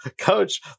coach